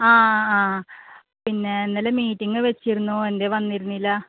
ആ ആ പിന്നെ ഇന്നലെ മീറ്റിംഗ് വെച്ചിരുന്നു എന്തേ വന്നിരുന്നില്ല